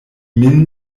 min